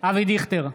אבי דיכטר,